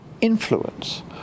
influence